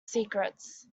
secrets